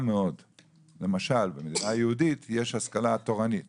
מאוד למשל במדינה יהודית יש השכלה תורנית